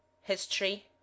history